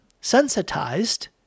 sensitized